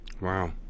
Wow